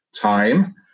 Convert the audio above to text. time